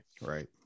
Right